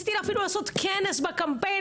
ניסיתי אפילו לעשות כנס בקמפיין,